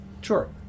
Sure